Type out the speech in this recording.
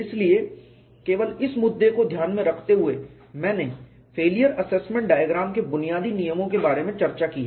इसलिए केवल इस मुद्दे को ध्यान में रखते हुए मैंने फेलियर असेसमेंट डायग्राम के बुनियादी नियमों के बारे में चर्चा की है